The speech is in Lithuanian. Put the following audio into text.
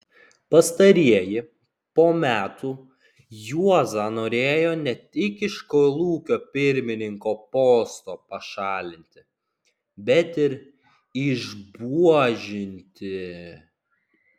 pastarieji po metų juozą norėjo ne tik iš kolūkio pirmininko posto pašalinti bet ir išbuožinti